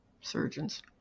surgeons